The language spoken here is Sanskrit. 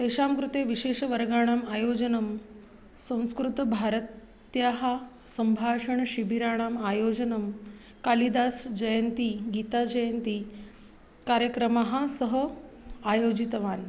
तेषां कृते विशेषवर्गाणाम् आयोजनं संस्कृतभारत्याः सम्भाषणशिबिराणाम् आयोजनं कालिदासजयन्ती गीताजयन्ती कार्यक्रमाः सह आयोजितवान्